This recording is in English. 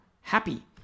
happy